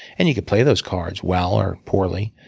and you can play those cards well or poorly,